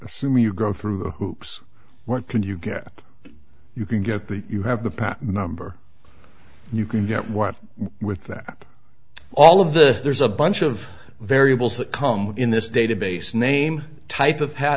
assume you go through hoops what can you get you can get the you have the patent number you can get one with that all of the there's a bunch of variables that come in this database name type of pat